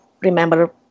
remember